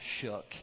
shook